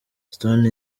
stone